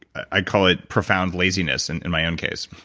i call it profound laziness and in my own case.